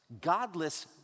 godless